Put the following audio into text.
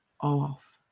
off